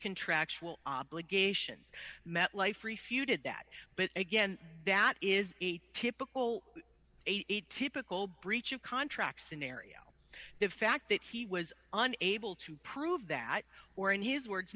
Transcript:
contractual obligations met life refuted that but again that is a typical atypical breach of contract scenario the fact that he was unable to prove that or in his words